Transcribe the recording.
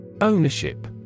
Ownership